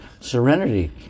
serenity